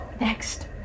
Next